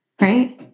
Right